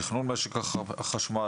תכנון משק החשמל,